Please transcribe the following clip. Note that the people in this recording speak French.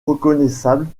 reconnaissables